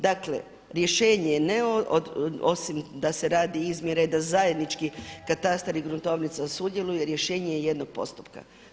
Dakle, rješenje je osim da se rade izmjere da zajednički katastar i gruntovnica sudjeluje, rješenje je jednog postupka.